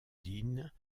dîn